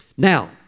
Now